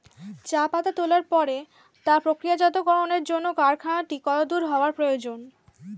চা পাতা তোলার পরে তা প্রক্রিয়াজাতকরণের জন্য কারখানাটি কত দূর হওয়ার প্রয়োজন?